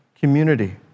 community